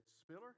Spiller